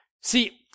See